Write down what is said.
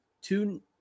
two